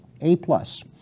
A-plus